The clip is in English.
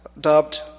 dubbed